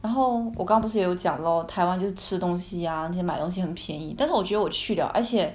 然后我刚不是也有讲 lor taiwan 就吃东西 ah 买东西便宜但是我觉我去 liao 而且